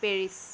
Paris